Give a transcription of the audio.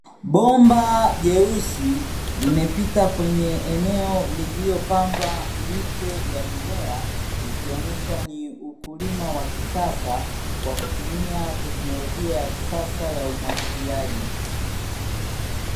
Bomba jeusi limepita kwenye eneo lililopandwa miche ya mimea; ikionyesha ni ukulima wa kisasa wa kutumia teknolojia ya kisasa ya umwagiliaji.